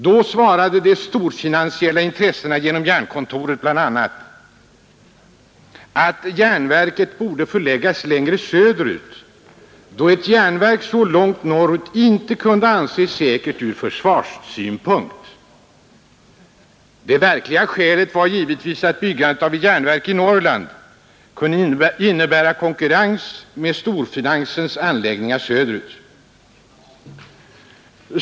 Då svarade de storfinansiella intressena genom Jernkontoret bl.a. att järnverket borde förläggas längre söderut, då ett järnverk så långt norrut inte kunde anses säkert ur försvarssynpunkt. Det verkliga skälet var givetvis att byggandet av ett järnverk i Norrland kunde innebära konkurrens med storfinansens anläggningar söderut.